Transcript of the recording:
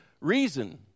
Reason